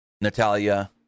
Natalia